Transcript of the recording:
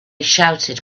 shouted